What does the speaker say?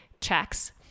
checks